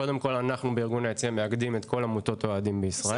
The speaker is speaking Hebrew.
קודם כל אנחנו בארגון "היציע" מאגדים את כל עמותות האוהדים בישראל.